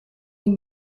niet